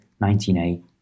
19A